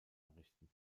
errichten